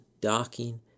docking